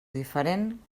diferent